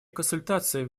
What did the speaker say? консультаций